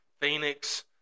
Phoenix